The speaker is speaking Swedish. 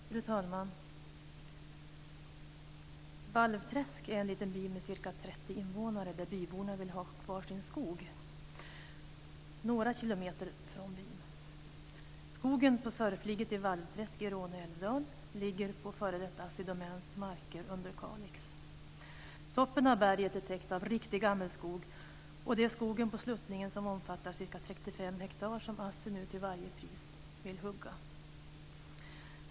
Fru talman! Valvträsk är en liten by med ca 30 invånare, där byborna vill ha kvar sin skog som ligger några kilometer från byn. Skogen på Sörfligget i Valvträsk i Råne älvdal ligger på f.d. Assi Domäns marker vid Kalix. Toppen av berget är täckt av riktig gammelskog. Det är skogen på sluttningen, som omfattar ca 35 hektar, som Assi Domän nu till varje pris vill hugga ned.